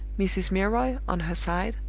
mrs. milroy, on her side,